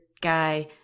guy